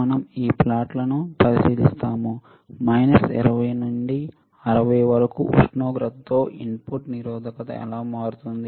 మనం ఈ ప్లాట్లను పరిశీలిస్తాము మైనస్ 20 నుండి 60 వరకు ఉష్ణోగ్రతతో ఇన్పుట్ నిరోధకత ఎలా మారుతుంది